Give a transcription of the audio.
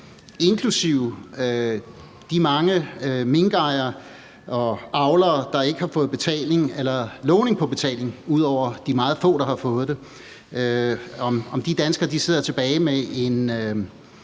inklusive de mange minkejere og -avlere, der ikke har fået lovning på betaling, ud over de meget få, der har fået det – sidder tilbage med en